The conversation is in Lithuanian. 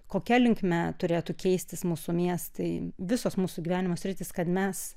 kokia linkme turėtų keistis mūsų miestai visos mūsų gyvenimo sritys kad mes